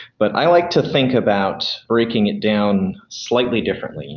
but i like to think about breaking it down slightly differently.